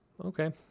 Okay